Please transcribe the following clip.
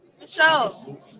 Michelle